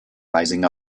rising